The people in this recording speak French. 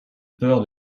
peur